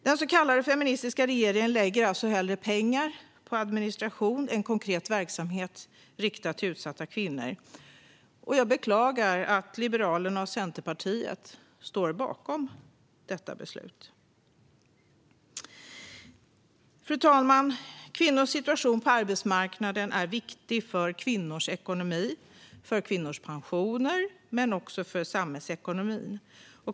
Den så kallade feministiska regeringen lägger alltså hellre pengar på administration än på konkret verksamhet riktad till utsatta kvinnor. Jag beklagar att Liberalerna och Centerpartiet står bakom detta beslut. Fru talman! Kvinnors situation på arbetsmarknaden är viktig för kvinnors ekonomi och för kvinnors pensioner men också för samhällsekonomin.